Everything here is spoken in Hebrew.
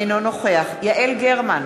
אינו נוכח יעל גרמן,